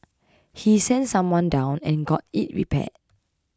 he sent someone down and got it repaired